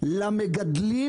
למגדלים